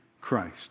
Christ